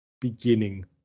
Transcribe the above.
beginning